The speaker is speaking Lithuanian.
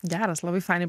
geras labai fainai